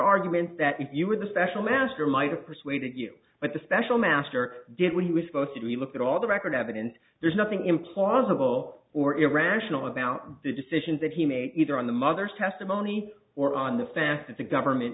arguments that if you were the special master might of persuaded you but the special master did what he was supposed to do you look at all the record evidence there's nothing implausible or irrational about the decisions that he made either on the mother's testimony or on the fact that the government